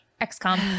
XCOM